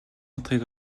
утгыг